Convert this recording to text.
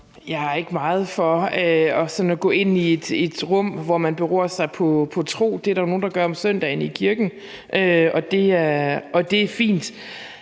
Jeg er ikke meget for sådan at gå ind i et rum, der beror på tro. Det er der nogle, der gør om søndagen i kirken, og det er fint.